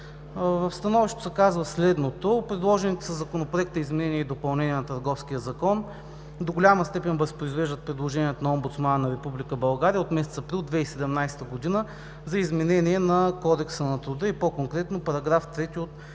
В становището се казва следното: „Предложените със Законопроекта изменения и допълнения на Търговския закон до голяма степен възпроизвеждат предложението на омбудсмана на Република България от месец април 2017 г. за изменение на Кодекса на труда и по-конкретно § 3 от Преходни и